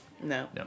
No